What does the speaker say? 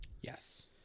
Yes